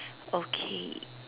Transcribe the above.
okay